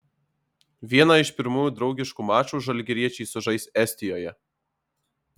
vieną iš pirmųjų draugiškų mačų žalgiriečiai sužais estijoje